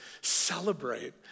celebrate